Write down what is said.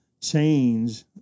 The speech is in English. change